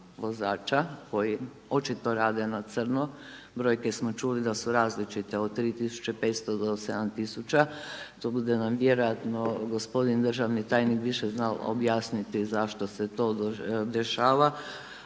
koji očito rade na crno, brojke smo čuli da su različite od 3500 do 7000. To bude nam vjerojatno gospodin državni tajnik više znal objasniti zašto se to dešava,